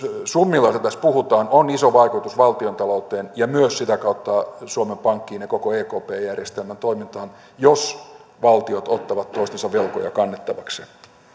summilla joista tässä puhutaan on iso vaikutus valtiontalouteen ja myös sitä kautta suomen pankkiin ja koko ekp järjestelmän toimintaan jos valtiot ottavat toistensa velkoja kannettavakseen